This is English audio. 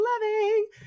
Loving